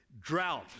drought